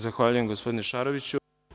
Zahvaljujem gospodine Šaroviću.